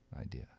idea